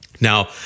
Now